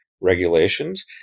regulations